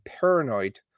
paranoid